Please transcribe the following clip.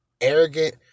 arrogant